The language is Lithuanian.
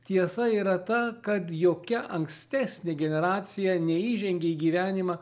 tiesa yra ta kad jokia ankstesnė generacija neįžengė į gyvenimą